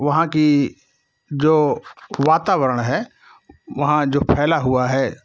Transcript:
वहाँ कि जो वातावरण हैं वहाँ जो फैला हुआ है